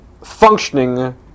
functioning